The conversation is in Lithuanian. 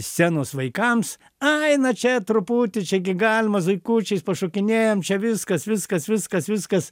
scenos vaikams ai na čia truputį čia gi galima zuikučiais pašokinėjam čia viskas viskas viskas viskas